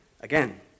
again